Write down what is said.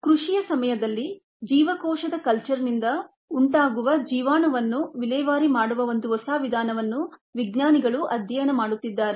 ಕೃಷಿಯ ಸಮಯದಲ್ಲಿಜೀವಕೋಶದ ಕಲ್ಚರ್ ನಿಂದ ಉಂಟಾಗುವ ಜೀವಾಣು ಟಾಕ್ಸಿನ್ ವನ್ನು ವಿಲೇವಾರಿ ಮಾಡುವ ಒಂದು ಹೊಸ ವಿಧಾನವನ್ನು ವಿಜ್ಞಾನಿಗಳು ಅಧ್ಯಯನ ಮಾಡುತ್ತಿದ್ದಾರೆ